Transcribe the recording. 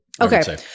Okay